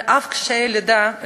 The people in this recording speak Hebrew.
על אף קשיי לידה,